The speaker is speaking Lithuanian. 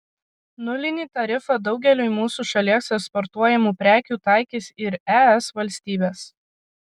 nulinį tarifą daugeliui mūsų šalies eksportuojamų prekių taikys ir es valstybės